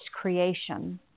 creation